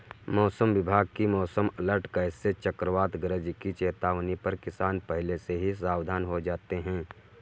मौसम विभाग की मौसम अलर्ट जैसे चक्रवात गरज की चेतावनी पर किसान पहले से ही सावधान हो जाते हैं